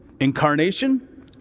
Incarnation